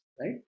Right